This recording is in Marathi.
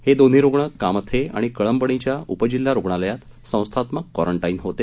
हे दोन्ही रुग्ण कामथे आणि कळंबणीच्या उपजिल्हा रुग्णालयात संस्थात्मक क्वारंटाइन होते